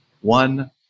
One